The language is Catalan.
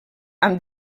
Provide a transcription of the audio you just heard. amb